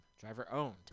driver-owned